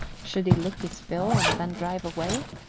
should he look his fill and then drive away?